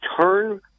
turn